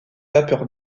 vapeur